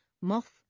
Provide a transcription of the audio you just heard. moth